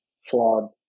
flawed